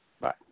Bye